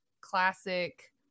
classic